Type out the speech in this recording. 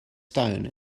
stone